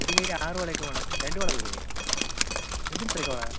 ഒരു കൈയ്യിൽ ആറു വളയൊക്കെ വേണോ രണ്ടു വള പോരേ എന്തിനിത്രയൊക്കെ വള